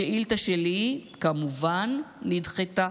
השאילתה שלי, כמובן, נדחתה.